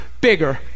bigger